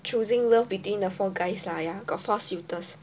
choosing love between the four guys lah ya got four suitors